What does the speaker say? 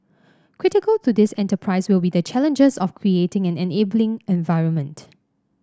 critical to this enterprise will be the challenges of creating an enabling environment